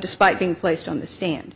despite being placed on the stand